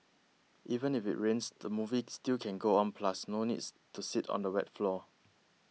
even if it rains the movie still can go on plus no needs to sit on the wet floor